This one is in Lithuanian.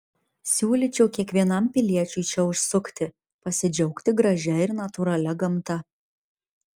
siūlyčiau kiekvienam piliečiui čia užsukti pasidžiaugti gražia ir natūralia gamta